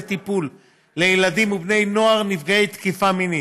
טיפול לילדים ובני נוער נפגעי תקיפה מינית.